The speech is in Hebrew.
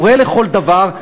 הורה לכל דבר,